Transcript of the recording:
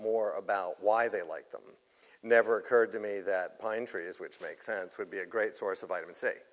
more about why they like them never occurred to me that pine trees which make sense would be a great source of vitamin